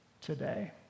today